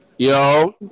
Yo